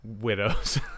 widows